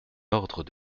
ordre